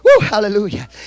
hallelujah